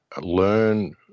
Learn